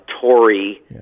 tory